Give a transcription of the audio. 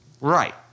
right